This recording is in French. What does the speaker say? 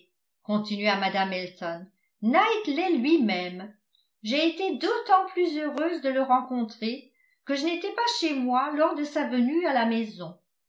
knightley continua mme elton knightley lui-même j'ai été d'autant plus heureuse de le rencontrer que je n'étais pas chez moi lors de sa venue à la maison